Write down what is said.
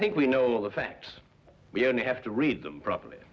think we know all the facts we only have to read them pro